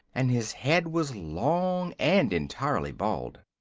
and his head was long and entirely bald.